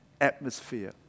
atmosphere